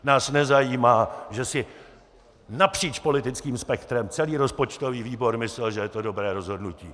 Nás nezajímá, že si napříč politickým spektrem celý rozpočtový výbor myslel, že je to dobré rozhodnutí.